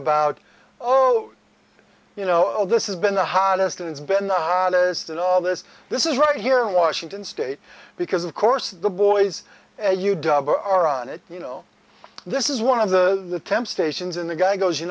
about oh you know this has been the hottest it's been the hottest and all this this is right here in washington state because of course the boys are on it you know this is one of the temp stations in the guy goes you